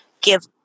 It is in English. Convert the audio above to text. give